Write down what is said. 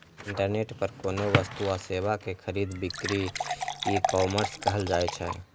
internet पर कोनो वस्तु आ सेवा के खरीद बिक्री ईकॉमर्स कहल जाइ छै